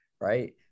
right